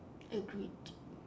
agreed